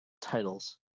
titles